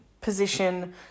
position